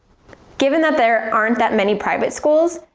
given that there aren't that many private schools,